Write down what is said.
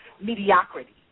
mediocrity